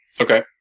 Okay